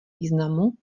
významu